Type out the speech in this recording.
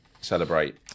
celebrate